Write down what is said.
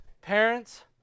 Parents